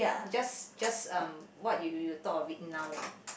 just just um what you you thought of it now lah